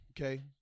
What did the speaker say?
okay